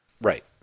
Right